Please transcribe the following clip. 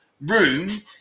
room